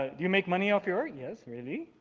do you make money off your art? yes. really?